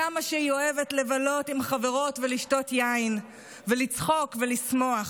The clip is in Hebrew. כמה שהיא אוהבת לבלות עם חברות ולשתות יין ולצחוק ולשמוח.